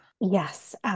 Yes